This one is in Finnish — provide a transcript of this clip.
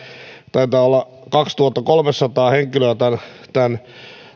taitaa olla kaksituhattakolmesataa henkilöä tämän